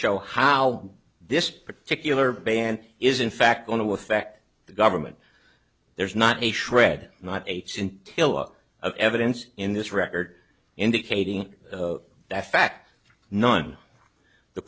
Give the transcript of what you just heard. show how this particular band is in fact going to affect the government there's not a shred not a scintilla of evidence in this record indicating that fact none the